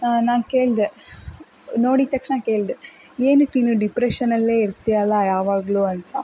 ನಾನು ಕೇಳಿದೆ ನೋಡಿದ ತಕ್ಷಣ ಕೇಳಿದೆ ಏನಕ್ಕೆ ನೀನು ಡಿಪ್ರೆಷನಲ್ಲೇ ಇರ್ತ್ಯಲ್ಲ ಯಾವಾಗಲೂ ಅಂತ